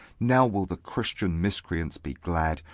now will the christian miscreants be glad,